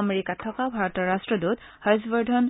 আমেৰিকাত থকা ভাৰতৰ ৰট্টদূত হৰ্ষবৰ্ধন